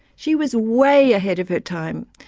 she was way ahead of her time,